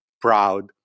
proud